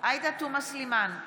עאידה תומא סלימאן,